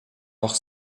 auch